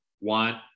want